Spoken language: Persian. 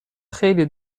خیلی